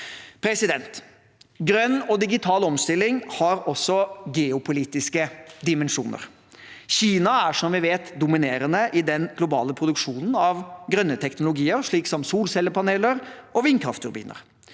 arbeidet. Grønn og digital omstilling har også geopolitiske dimensjoner. Kina er, som vi vet, dominerende i den globale produksjonen av grønne teknologier, slik som solcellepaneler og vindkraftturbiner.